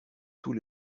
tous